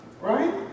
Right